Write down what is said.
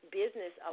business